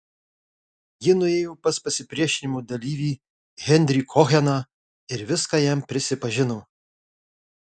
ji nuėjo pas pasipriešinimo dalyvį henrį koheną ir viską jam prisipažino